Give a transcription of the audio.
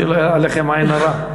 שלא יהיה עליכם עין הרע.